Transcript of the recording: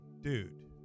Dude